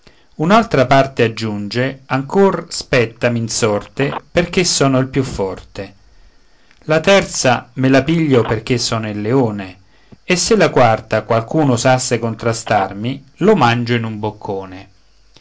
un'altra parte aggiunge ancor spettami in sorte perché sono il più forte la terza me la piglio perché sono il leone e se la quarta qualcuno osasse contrastarmi lo mangio in un boccone